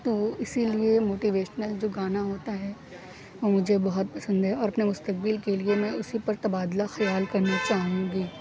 تو اسی لیے موٹیویشنل جو گانا ہوتا ہے وہ مجھے بہت پسند ہے اور اپنے مستقبل کے لیے میں اسی پر تبادلہ خیال کرنا چاہوں گی